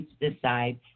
decide